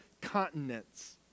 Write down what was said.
continents